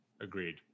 agreed